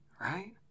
right